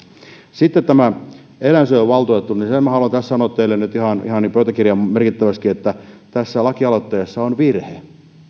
sitten tämä eläinsuojeluvaltuutettu sen minä haluan tässä sanoa teille ihan jo pöytäkirjaan merkittäväksikin että tässä lakialoitteessa on virhe